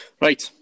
Right